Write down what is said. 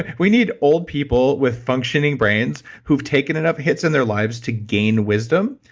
ah we need old people with functioning brains who've taken enough hits in their lives to gain wisdom,